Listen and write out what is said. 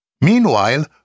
Meanwhile